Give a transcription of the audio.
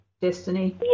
Destiny